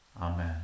Amen